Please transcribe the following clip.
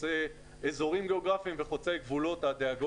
חוצה אזורים גיאוגרפיים וחוצה גבולות והתפקיד